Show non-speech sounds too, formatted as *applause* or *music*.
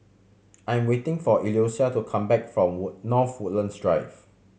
I am waiting for Eloisa to come back from *unintelligible* North Woodlands Drive